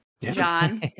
John